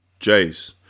Jace